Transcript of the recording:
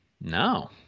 No